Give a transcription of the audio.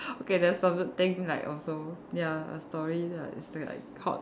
okay that's another thing like also ya a story that it's that like caught